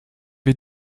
wir